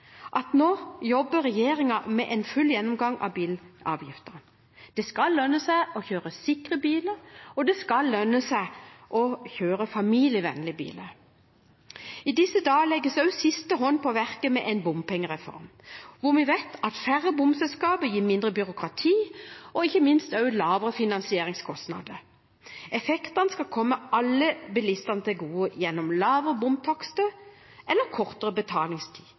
nå jobber regjeringen med en full gjennomgang av bilavgiftene. Det skal lønne seg å kjøre sikre biler, og det skal lønne seg å kjøre familievennlige biler. I disse dager legges også siste hånd på verket for en bompengereform, hvor vi vet at færre bomselskaper gir mindre byråkrati og lavere finansieringskostnader. Effektene skal komme alle bilistene til gode gjennom lavere bomtakster eller kortere betalingstid